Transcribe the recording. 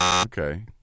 Okay